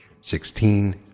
sixteen